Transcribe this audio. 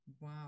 Wow